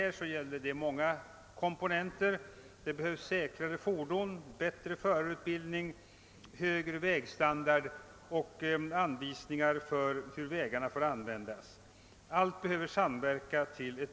Här är de rent humanitära motiven grundläggande. Men även tungt vägande ekonomiska skäl kan anföras i sammanhanget.